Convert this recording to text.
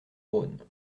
rhône